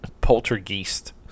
poltergeist